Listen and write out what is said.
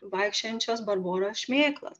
vaikščiojančios barboros šmėklos